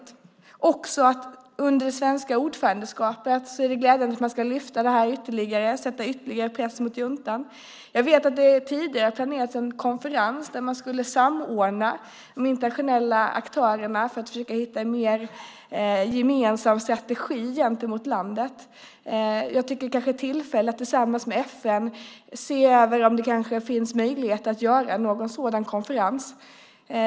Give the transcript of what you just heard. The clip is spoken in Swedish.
Det är glädjande att man under det svenska ordförandeskapet ytterligare ska lyfta fram frågan och sätta ytterligare press på juntan. Jag vet att det tidigare planerats för en konferens för att samordna de internationella aktörerna och försöka hitta en mer gemensam strategi gentemot Burma. Kanske är det då ett tillfälle att tillsammans med FN se över om det finns möjligheter att ha en sådan konferens.